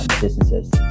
businesses